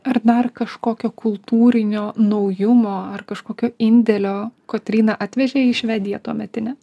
ar dar kažkokio kultūrinio naujumo ar kažkokio indėlio kotryna atvežė į švediją tuometinę